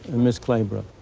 miss claybrook.